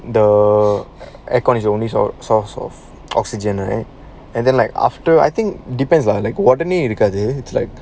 the air con is the only source of oxygen right and then like after I think depends lah like இருக்காது:irukkadhu